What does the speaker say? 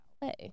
play